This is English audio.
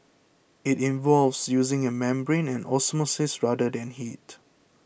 it involves using a membrane and osmosis rather than heat